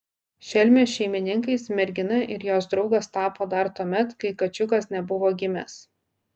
šelmio šeimininkais mergina ir jos draugas tapo dar tuomet kai kačiukas nebuvo gimęs